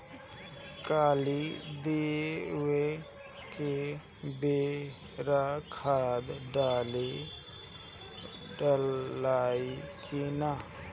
कली देवे के बेरा खाद डालाई कि न?